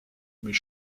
mais